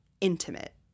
intimate